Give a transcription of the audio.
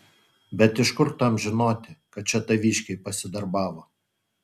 bet iš kur tam žinoti kad čia taviškiai pasidarbavo